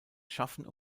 schaffen